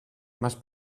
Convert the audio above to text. más